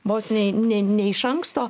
vos ne ne ne iš anksto